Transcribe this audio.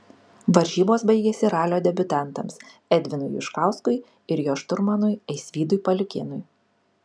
varžybos baigėsi ralio debiutantams edvinui juškauskui ir jo šturmanui aisvydui paliukėnui